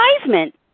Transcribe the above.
advertisement